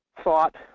thought